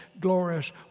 glorious